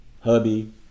hubby